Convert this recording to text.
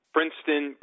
Princeton